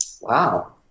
Wow